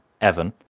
Evan